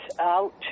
out